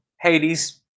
Hades